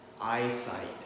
eyesight